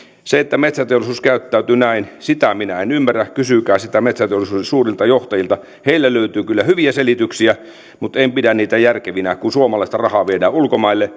sitä että metsäteollisuus käyttäytyy näin minä en ymmärrä kysykää sitä metsäteollisuuden suurilta johtajilta heiltä löytyy kyllä hyviä selityksiä mutta en pidä niitä järkevinä kun suomalaista rahaa viedään ulkomaille